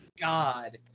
God